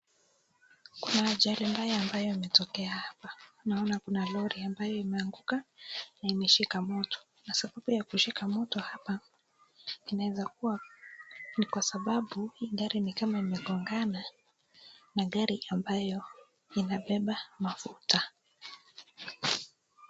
Kuna ajali mbaya ambayo imetokea hapa. Tunaona kuna lori ambayo imeanguka na imeshika moto. Kwa sababu ya kushika moto hapa, inaweza kuwa ni kwa sababu gari ni kama imegongana na gari ambayo inabeba mafuta.